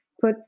put